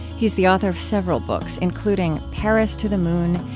he is the author of several books, including paris to the moon,